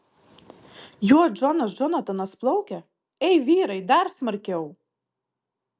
juo džonas džonatanas plaukia ei vyrai dar smarkiau